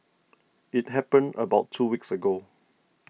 it happened about two weeks ago